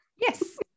Yes